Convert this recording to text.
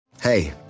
Hey